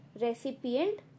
recipient